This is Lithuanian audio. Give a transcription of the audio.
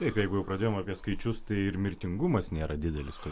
taip jeigu jau pradėjom apie skaičius tai ir mirtingumas nėra didelis to